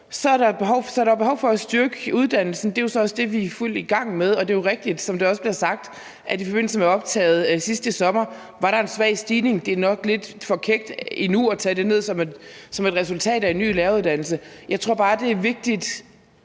Så der er behov for at styrke uddannelsen, og det er jo så også det, vi er i fuld gang med. Det er jo rigtigt, som der også bliver sagt, at i forbindelse med optaget i sommer var der en svag stigning. Det er nok lidt for kækt endnu at tage det ned som et resultat af en ny læreruddannelse. Jeg tror bare, det er vigtigt,